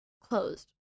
closed